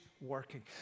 working